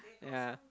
ya